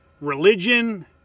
religion